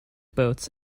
boats